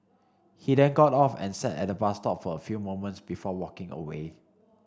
he then got off and sat at the bus stop for a few moments before walking away